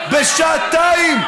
בשעתיים.